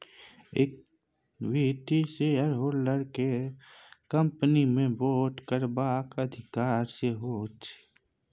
equity shareholders केँ company मे vote करबाक अधिकार सेहो होइ छै